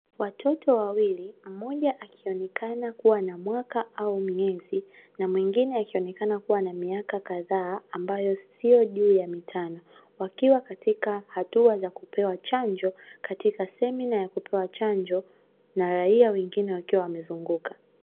Watoto wawili mmoja akionekana kuwa na mwaka au miezi na mwengine akionekana kuwa na miaka kadhaa ambayo sio juu ya mitano, wakiwa katika hatua za kupewa chanjo katika semina ya kupewa chanjo na raia wengine wakiwa wamezunguka.